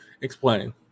Explain